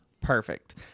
Perfect